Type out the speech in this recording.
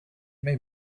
may